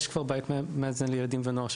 כבר יש בית מאזן לילדים ונוער,